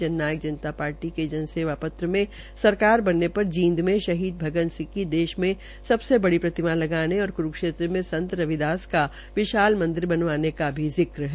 जन नायक जनता पार्टी के जन सेवा पत्रमें सरकार बने पर जींद में शहीद भगत सिंह की देश की सबसे बड़ी प्रतिमा लगाने और क्रूक्षेत्र में संत रविदास का विशाल मंदिर बनवाने का भी जिक्र है